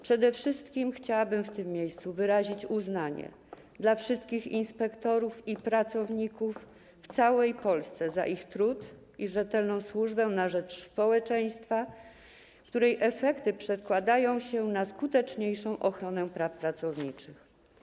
Przede wszystkim chciałabym w tym miejscu wyrazić uznanie dla wszystkich inspektorów i pracowników w całej Polsce za ich trud i rzetelną służbę na rzecz społeczeństwa, której efekty przekładają się na skuteczniejszą ochronę praw pracowniczych.